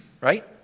right